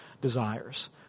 desires